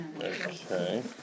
Okay